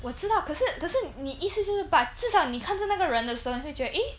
我知道可是可是你意思是说 but 至少你看那个人的时候你会觉得 eh